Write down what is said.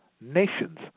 nations